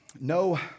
no